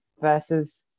versus